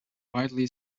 widely